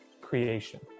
creation